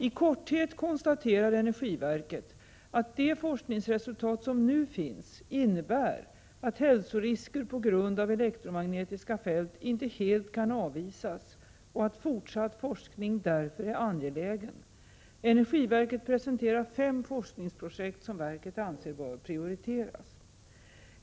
I korthet konstaterar energiverket att de forskningsresultat som nu finns innebär att hälsorisker på grund av elektromagnetiska fält inte helt kan avvisas och att fortsatt forskning därför är angelägen. Energiverket presenterar fem forskningsprojekt som verket anser bör prioriteras.